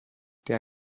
der